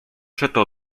przeto